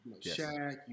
Shaq